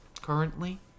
currently